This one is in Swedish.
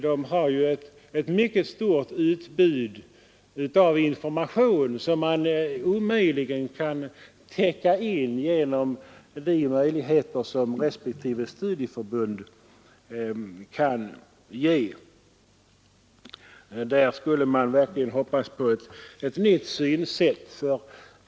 De har ju ett mycket stort utbud av information som man omöjligen kan täcka in med de reserver som respektive studieförbund kan erbjuda. Härvidlag vill man verkligen hoppas på ett nytt synsätt.